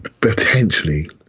potentially